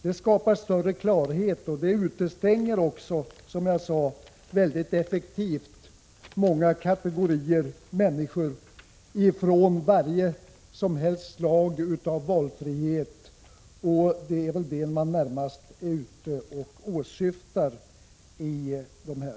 Det skapar större klarhet och utestänger också, som jag sade, väldigt effektivt många kategorier människor från varje slag av valfrihet, och det är väl vad ni närmast åsyftar.